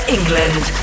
England